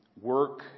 Work